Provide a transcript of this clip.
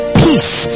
peace